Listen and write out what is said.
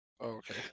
Okay